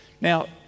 Now